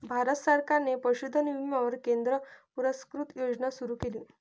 भारत सरकारने पशुधन विम्यावर केंद्र पुरस्कृत योजना सुरू केली